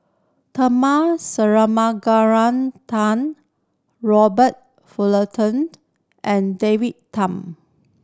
Tharman Shanmugaratnam Robert Fullertoned and David Tham